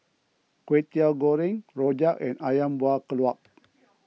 Kway Teow Goreng Rojak and Ayam Buah Keluak